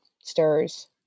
stirs